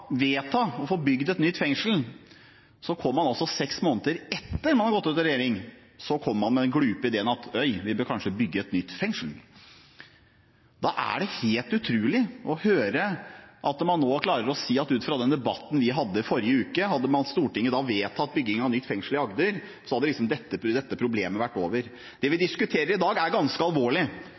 å få bygd et nytt fengsel, kommer man altså seks måneder etter at man har gått ut av regjering, med den glupe ideen om at man kanskje bør bygge et nytt fengsel! Det er helt utrolig at man klarer å si det etter den debatten vi hadde forrige uke. Hadde Stortinget da vedtatt bygging av nytt fengsel i Agder, hadde dette problemet vært løst. Det vi diskuterer i dag, er ganske alvorlig.